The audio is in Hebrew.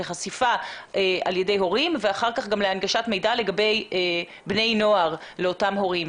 לחשיפה על ידי הורים ואחר כך גם להנגשת מידע לגבי בני נוער לאותם הורים.